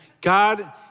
God